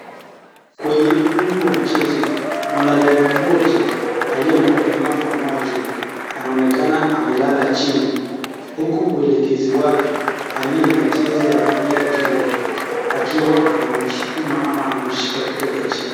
Kwenye ukumbi wa mchezo mwanariadha moja aliye na ulemavu wa macho anaonekana amelala jini huku mwelekezi wake aliye na jezi ya rangi ya chungwa akiwa anamsukuma ama anamshika kutoka jini.